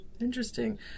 interesting